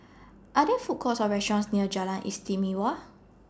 Are There Food Courts Or restaurants near Jalan Istimewa